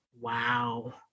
Wow